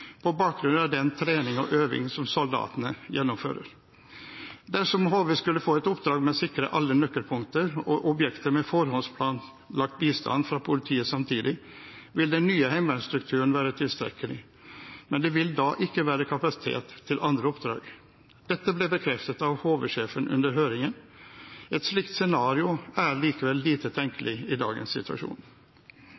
på bakgrunn av den trening og øving som soldatene gjennomfører. Dersom HV skulle få et oppdrag med å sikre alle nøkkelpunkter og objekter med forhåndsplanlagt bistand fra politiet samtidig, vil den nye heimevernsstrukturen være tilstrekkelig, men det vil da ikke være kapasitet til andre oppdrag. Dette ble bekreftet av HV-sjefen under høringen. Et slikt scenario er likevel lite